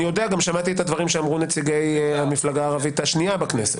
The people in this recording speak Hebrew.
גם שמעתי את הדברים שאמרו נציגי המפלגה הערבית השנייה בכנסת.